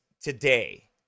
today